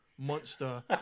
monster